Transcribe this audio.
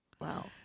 Wow